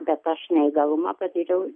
bet aš neįgalumą patyriau